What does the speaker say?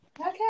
Okay